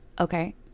Okay